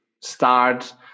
start